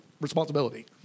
responsibility